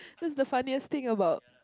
first the funniest thing about